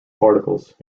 particles